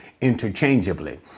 interchangeably